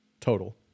total